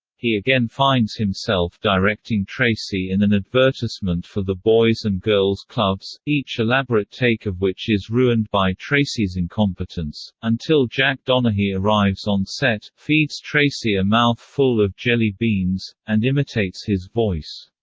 he again finds himself directing tracy in an advertisement for the boys and girls clubs, each elaborate take of which is ruined by tracy's incompetence, until jack donaghy arrives on-set, feeds tracy a mouth-full of jelly beans, and imitates his voice.